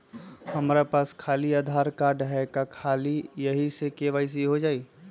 हमरा पास खाली आधार कार्ड है, का ख़ाली यही से के.वाई.सी हो जाइ?